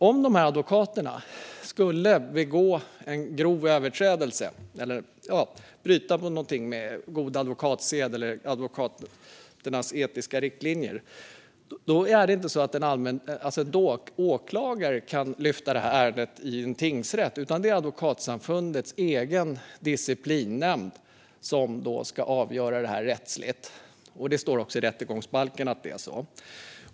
Om en advokat skulle begå en grov överträdelse eller bryta mot god advokatsed eller advokaternas etiska riktlinjer kan inte åklagare lyfta det ärendet i en tingsrätt, utan det är Advokatsamfundets egen disciplinnämnd som då ska avgöra detta rättsligt. Det står i rättegångsbalken att det är så.